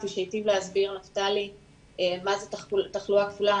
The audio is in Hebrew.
כפי שהיטיב להסביר נפתלי מה זה תחלואה כפולה.